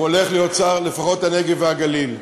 הוא הולך להיות שר, לפחות הנגב והגליל.